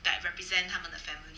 that represent 他们的 family